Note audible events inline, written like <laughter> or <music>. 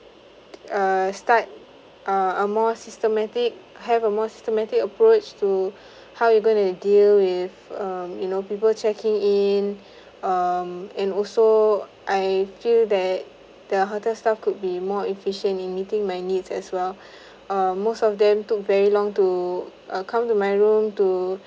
uh start uh a more systematic have a more systematic approach to <breath> how you going to deal with um you know people checking in <breath> um and also I feel that the hotel staff could be more efficient in meeting my needs as well <breath> um most of them took very long to uh come to my room to